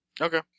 Okay